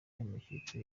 y’amakipe